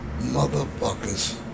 motherfuckers